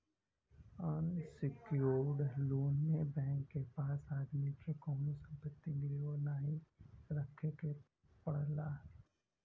unsecured loan में bank के पास आदमी के कउनो संपत्ति गिरवी नाहीं रखे के पड़ला